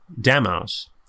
demos